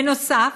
בנוסף,